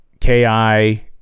KI